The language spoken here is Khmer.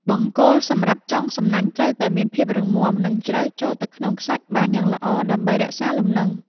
បង្គោលសម្រាប់ចងសំណាញ់ត្រូវតែមានភាពរឹងមាំ និងជ្រៅចូលទៅក្នុងខ្សាច់បានយ៉ាងល្អ ដើម្បីរក្សាលំនឹង។